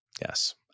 Yes